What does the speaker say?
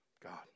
God